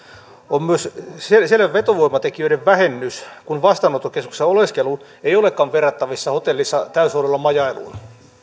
on myös selvä vetovoimatekijöiden vähennys kun vastaanottokeskuksessa oleskelu ei olekaan verrattavissa hotellissa täysihoidolla majailuun